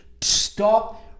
Stop